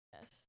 Yes